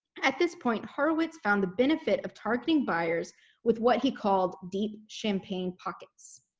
at this point, horowitz found the benefit of targeting buyers with what he called deep champagne pockets.